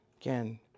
Again